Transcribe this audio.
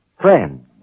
Friend